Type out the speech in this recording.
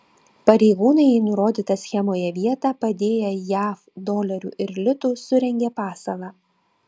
pareigūnai į nurodytą schemoje vietą padėję jav dolerių ir litų surengė pasalą